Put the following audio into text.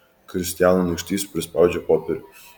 kristijano nykštys prispaudžia popierių